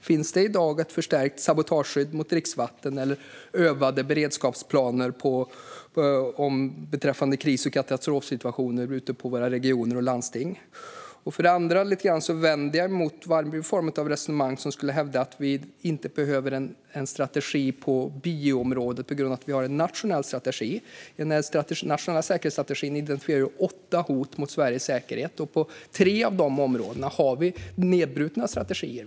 Finns det i dag ett förstärkt sabotageskydd för dricksvatten eller övade beredskapsplaner beträffande kris och katastrofsituationer ute på våra regioner och landsting? Vad gäller den andra frågan vänder jag mig mot varje form av resonemang som hävdar att vi inte behöver en strategi på bioområdet på grund av att vi har en nationell strategi. Den nationella säkerhetsstrategin identifierar åtta hot mot Sveriges säkerhet. På tre av de områdena har vi nedbrutna strategier.